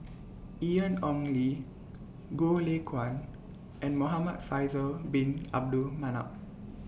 Ian Ong Li Goh Lay Kuan and Muhamad Faisal Bin Abdul Manap